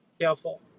careful